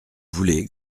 voulez